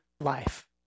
life